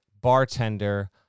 Bartender